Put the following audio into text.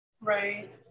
Right